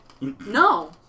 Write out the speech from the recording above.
No